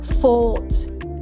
fought